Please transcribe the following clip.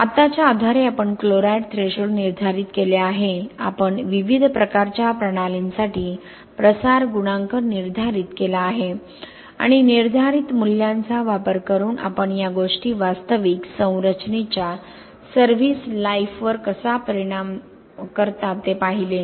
आताच्या आधारे आपण क्लोराईड थ्रेशोल्ड निर्धारित केले आहे आपण विविध प्रकारच्या प्रणालींसाठी प्रसार गुणांक निर्धारित केला आहे आणि निर्धारित मूल्यांचा वापर करून आपण या गोष्टी वास्तविक संरचनेच्या चा सर्व्हिस लाईफवर कसा परिणाम करतात ते पाहिले